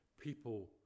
people